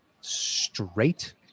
straight